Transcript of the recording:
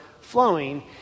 flowing